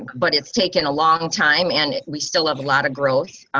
but it's taken a long time and we still have a lot of growth,